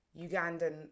ugandan